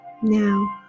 now